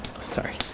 sorry